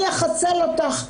אני אחסל אותך,